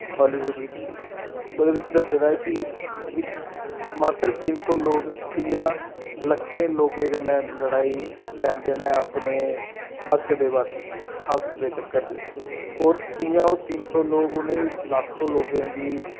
Hollywood बिच ओह्दे बिच दस्से दा ऐ कि इक मात्तर तिन्न सौ लोक कि'यां लक्खें लोकें कन्नै लड़ाई लैंदे न अपने हक्क दे आस्तै हक्क दे चक्कर च और कि'यां ओह् तिन्न सौ लोक उ'नें ई लक्खें लोकें गी